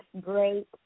great